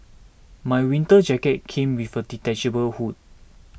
my winter jacket came with a detachable hood